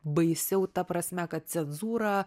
baisiau ta prasme kad cenzūra